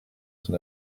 son